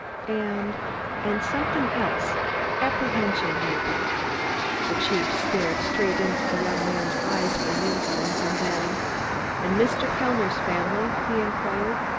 and and something else apprehension, maybe. the chief stared straight into the young man's eyes for an instant, and then and mr. kellner's family? he inquired.